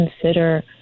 consider